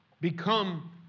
become